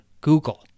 google